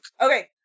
Okay